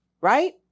right